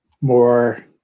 more